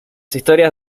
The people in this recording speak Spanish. historias